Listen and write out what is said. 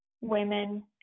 women